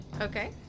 Okay